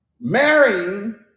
Marrying